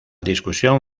discusión